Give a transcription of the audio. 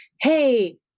hey